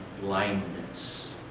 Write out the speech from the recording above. blindness